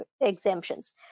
exemptions